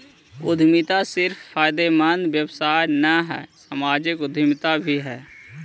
उद्यमिता सिर्फ फायदेमंद व्यवसाय न हई, सामाजिक उद्यमिता भी हई